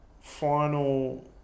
final